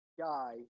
guy